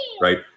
right